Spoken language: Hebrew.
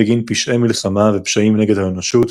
בגין פשעי מלחמה ופשעים נגד האנושות